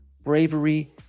bravery